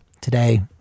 Today